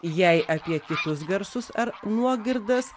jei apie kitus garsus ar nuogirdas